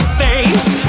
face